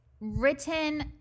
written